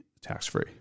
tax-free